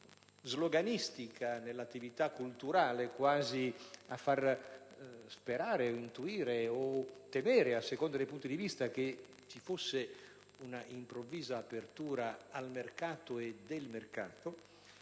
sloganistica nell'attività culturale quasi a far sperare, intuire o temere (a seconda dei punti di vista) che ci fosse un'improvvisa apertura al mercato e del mercato,